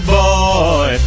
boy